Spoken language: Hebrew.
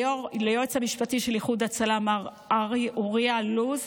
ליועץ המשפטי של איחוד הצלה מר אוריה לוז.